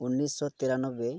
ᱩᱱᱱᱤᱥᱥᱚ ᱛᱤᱨᱟᱱᱚᱵᱽᱵᱮᱭ